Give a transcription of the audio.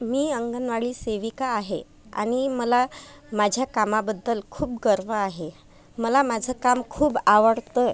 मी अंगनवाडी सेविका आहे आणि मला माझ्या कामाबद्दल खूप गर्व आहे मला माझं काम खूप आवडतं